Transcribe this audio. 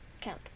Count